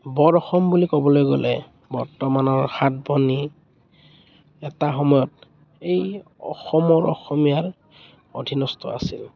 বৰ অসম বুলি ক'বলৈ গ'লে বৰ্তমানৰ সাত ভনী এটা সময়ত এই অসমৰ অসমীয়াৰ অধীনস্থ আছিল